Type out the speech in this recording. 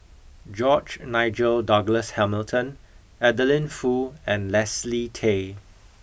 George Nigel Douglas Hamilton Adeline Foo and Leslie Tay